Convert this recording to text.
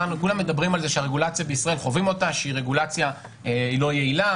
כולם מדברים על זה שחווים את הרגולציה בישראל שהיא לא יעילה,